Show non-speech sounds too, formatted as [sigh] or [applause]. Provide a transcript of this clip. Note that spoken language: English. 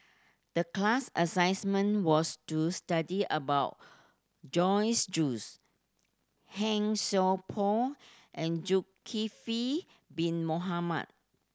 the class [unintelligible] was to study about Joyce Juice Han Sai Por and Zulkifli Bin Mohamed